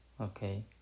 Okay